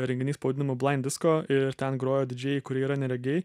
renginys pavadinimu blind disco ir ten grojo didžėjai kurie yra neregiai